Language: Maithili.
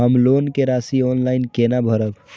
हम लोन के राशि ऑनलाइन केना भरब?